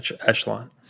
echelon